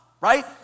Right